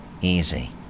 easy